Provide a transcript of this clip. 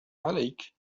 عليك